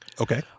Okay